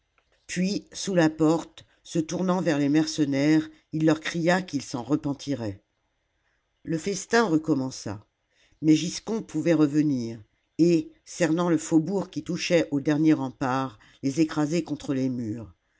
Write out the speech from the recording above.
puis sous la porte se tournant vers les mercenaires il leur cria qu'ils s'en repentiraient le festin recommença mais giscon pouvait revenir et cernant le faubourg qui touchait aux derniers remparts les écraser contre les murs